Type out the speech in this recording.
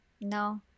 No